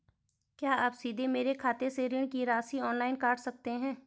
क्या आप सीधे मेरे खाते से ऋण की राशि ऑनलाइन काट सकते हैं?